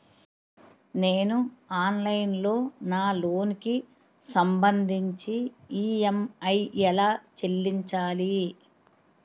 నేను ఆన్లైన్ లో నా లోన్ కి సంభందించి ఈ.ఎం.ఐ ఎలా చెల్లించాలి?